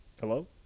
Hello